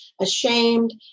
ashamed